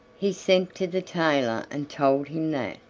he sent to the tailor and told him that,